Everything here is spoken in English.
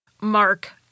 Mark